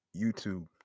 YouTube